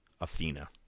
Athena